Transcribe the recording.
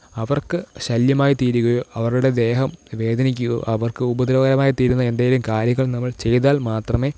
അവര്ക്ക് ശല്യമായിത്തീരുകയോ അവരുടെ ദേഹം വേദനിക്കുകയോ അവര്ക്ക് ഉപദ്രവകരമായിത്തീരുന്ന എന്തെങ്കിലും കാര്യങ്ങള് നമ്മള് ചെയ്താല് മാത്രമേ